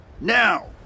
Now